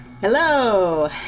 Hello